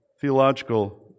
theological